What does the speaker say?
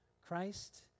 Christ